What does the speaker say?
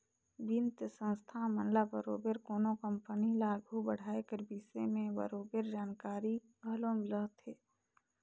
बित्तीय संस्था मन ल बरोबेर कोनो कंपनी ल आघु बढ़ाए कर बिसे में बरोबेर जानकारी घलो रहथे